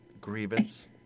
Grievance